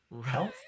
health